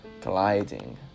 gliding